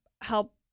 help